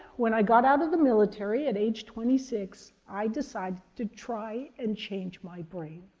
when i got out of the military, at age twenty six, i decided to try and change my brain.